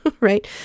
right